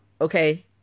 okay